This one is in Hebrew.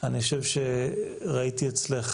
אני חושב שראיתי אצלך